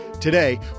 Today